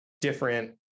different